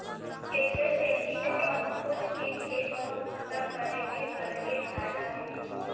एखरे सेती अपन खुद के खेत म बूता करे के अलगे फायदा हे